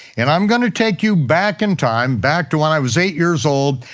and i'm gonna take you back in time, back to when i was eight-years-old,